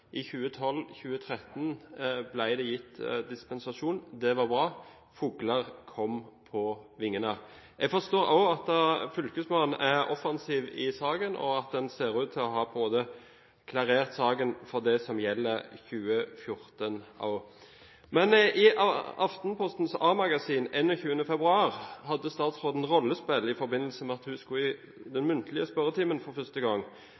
I 2012 og 2013 ble det gitt dispensasjon. Det var bra – fugler kom på vingene. Jeg forstår også at fylkesmannen er offensiv i saken, og at en ser ut til å ha klarert saken for det som gjelder 2014. Men i Aftenpostens A-magasin 21. februar hadde statsråden rollespill i forbindelse med at hun skulle i den muntlige spørretimen for første gang.